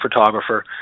photographer